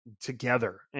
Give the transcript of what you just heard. together